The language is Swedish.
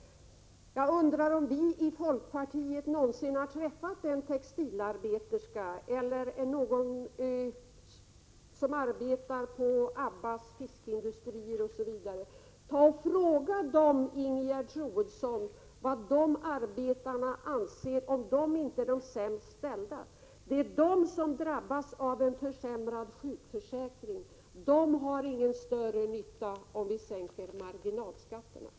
Jag undrar om ”vi i folkpartiet” någonsin har träffat en textilarbeterska eller någon som arbetar på Abbas fiskindustrier. Fråga dessa arbetare, Ingrid Ronne Björkqvist, om de inte anser att de hör till de sämst ställda och om de inte tror att det är de som kommer att drabbas av en försämring av sjukförsäkringen. De har ingen nytta av att vi sänker marginalskatterna.